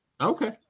Okay